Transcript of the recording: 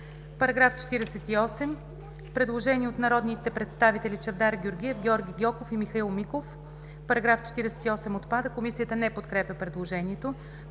По § 48 има предложение от народните представители Чавдар Георгиев, Георги Гьоков и Михаил Миков: „§ 48 – отпада.“ Комисията не подкрепя предложението.